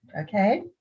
okay